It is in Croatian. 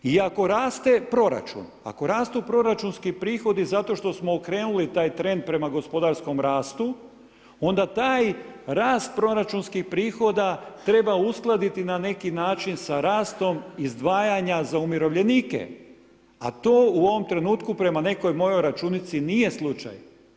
I ako raste proračun, ako rastu proračunski prihodi zato što smo okrenuli taj trend prema gospodarskom rastu, onda taj rast proračunskih prihoda treba uskladiti na neki način sa rastom izdvajanja za umirovljenike a to u ovom trenutku prema nekoj mojoj računici nije slučaj.